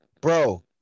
Bro